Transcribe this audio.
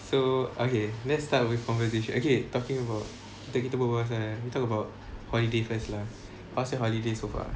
so okay let's start with conversation okay talking about talking about what sia we talk about holiday first lah how's your holiday so far